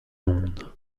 monde